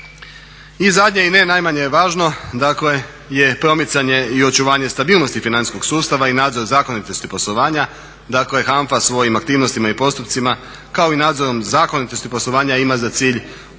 I zadnje i ne najmanje važno je promicanje i očuvanje stabilnosti financijskog sustava i nadzor zakonitosti poslovanja. Dakle, HANFA svojim aktivnostima i postupcima kao i nadzorom zakonitosti poslovanja ima za cilj očuvati